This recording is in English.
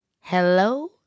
hello